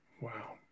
Wow